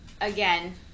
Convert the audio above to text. Again